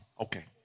Okay